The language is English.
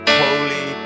holy